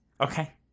okay